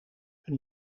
een